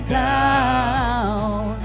down